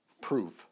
proof